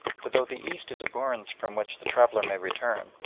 for though the east is a bourne from which the traveller may return,